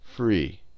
free